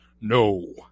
no